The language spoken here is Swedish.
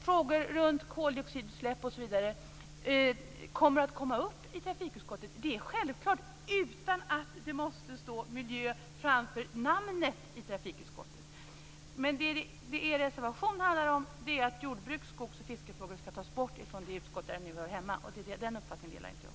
Frågor om koldioxidutsläpp osv. kommer upp i trafikutskottet. Det är självklart utan att det måste stå miljö framför namnet trafikutskottet. Det er reservation handlar om är att jordbruks-, skogs och fiskefrågor skall tas bort från det utskott där de nu hör hemma. Den uppfattningen delar inte jag.